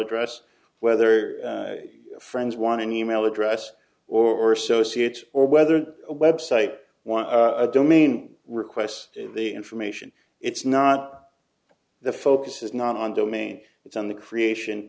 address whether friends want an email address or associate or whether a website want a domain request in the information it's not the focus is not on domain it's on the creation